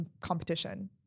competition